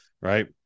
right